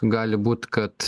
gali būt kad